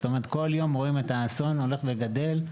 כל יום רואים את האסון הולך וגדל,